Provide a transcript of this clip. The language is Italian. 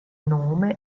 nome